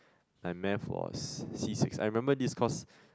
my Math was C six I remember this cause